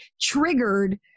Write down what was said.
triggered